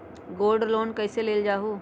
Gold loan कईसे लेल जाहु?